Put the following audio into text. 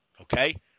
Okay